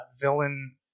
villain